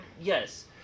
Yes